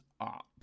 up